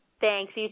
Thanks